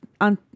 on